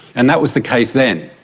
and that was the case then.